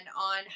on